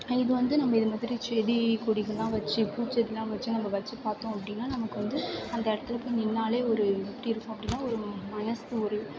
இது வந்து நம்ம இது மாதிரி செடி கொடிகளெலாம் வெச்சு பூச்செடிளாக வெச்சு நம்ம வெச்சு பார்த்தோம் அப்படின்னா நமக்கு வந்து அந்த இடத்துல போய் நின்றாலே ஒரு எப்படி இருக்கும் அப்படின்னா ஒரு மனசு ஒரு